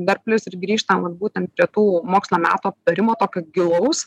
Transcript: dar plius ir grįžtam vat būtent prie tų mokslo metų aptarimo tokio gilaus